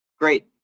Great